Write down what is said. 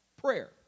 Prayer